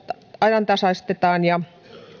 ajantasaistetaan esimerkiksi